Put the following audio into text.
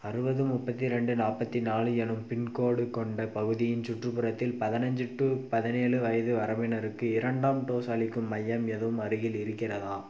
அறுபது முப்பத்தி ரெண்டு நாற்பத்தி நாலு என்னும் பின்கோடு கொண்ட பகுதியின் சுற்றுப்புறத்தில் பதினைஞ்சு டு பதினேழு வயது வரம்பினருக்கு இரண்டாம் டோஸ் அளிக்கும் மையம் எதுவும் அருகில் இருக்கிறதா